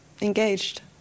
engaged